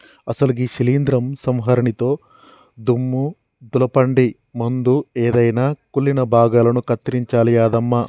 అసలు గీ శీలింద్రం సంహరినితో దుమ్ము దులపండి ముందు ఎదైన కుళ్ళిన భాగాలను కత్తిరించాలి యాదమ్మ